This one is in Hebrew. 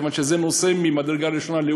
כיוון שזה נושא לאומי ממדרגה ראשונה.